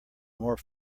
more